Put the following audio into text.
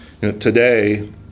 Today